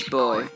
boy